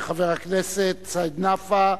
חבר הכנסת סעיד נפאע,